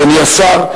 אדוני השר,